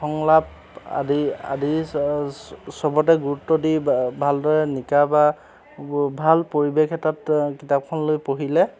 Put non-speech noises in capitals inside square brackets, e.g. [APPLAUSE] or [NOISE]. সংলাপ আদি আদি সবতে গুৰুত্ব দি [UNINTELLIGIBLE] ভালদৰে নিকা বা ভাল পৰিৱেশ এটাত কিতাপখন লৈ পঢ়িলে